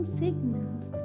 signals